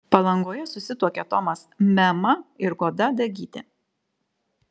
palangoje susituokė tomas meema ir goda dagytė